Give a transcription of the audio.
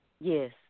Yes